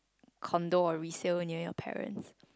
condo or resale near your parents